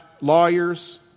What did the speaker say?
lawyers